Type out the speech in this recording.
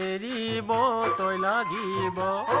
ah da da da